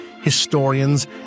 historians